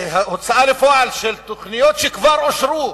הוצאה לפועל של תוכניות שכבר אושרו,